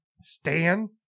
Stan